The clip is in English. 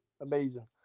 amazing